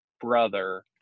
brother